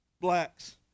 blacks